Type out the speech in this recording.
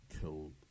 killed